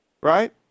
right